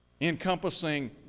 encompassing